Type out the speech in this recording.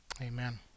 Amen